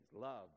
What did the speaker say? love